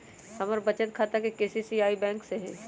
हमर बचत खता एस.बी.आई बैंक में हइ